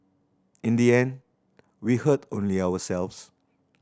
in the end we hurt only ourselves